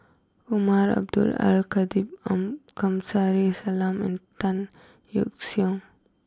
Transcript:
Umar Abdullah Al Khatib Kamsari Salam and Tan Yeok Seong